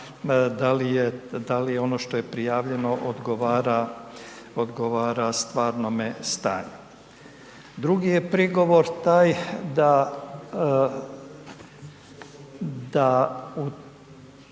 da li je ono što je prijavljeno odgovara stvarnome stanju. Drugi je prigovor taj da,